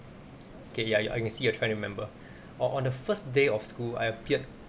okay ya ya I can see you're trying to remember on on the first day of school I appeared